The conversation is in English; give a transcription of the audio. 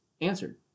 answered